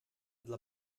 dla